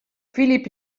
filip